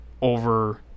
over